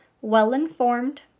well-informed